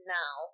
now